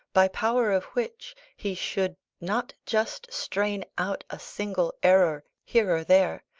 by power of which he should not just strain out a single error here or there,